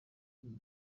cumi